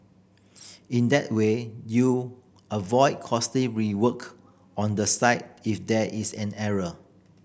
in that way you avoid costly rework on the site if there is an error